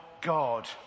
God